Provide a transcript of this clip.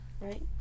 right